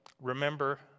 Remember